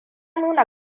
nuna